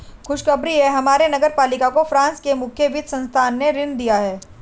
खुशखबरी है हमारे नगर पालिका को फ्रांस के मुख्य वित्त संस्थान ने ऋण दिया है